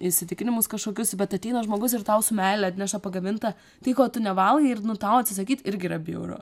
įsitikinimus kažkokius bet ateina žmogus ir tau su meile atneša pagamintą tai ko tu nevalgai ir tau atsisakyt irgi yra bjauru